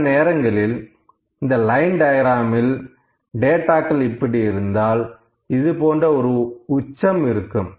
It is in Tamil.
சில நேரங்களில் இந்த லைன் டயக்ராம்இல் டேட்டாக்கள் இப்படியிருந்தால் இதுபோன்ற ஒரு உச்சம் இருக்கும்